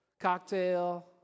cocktail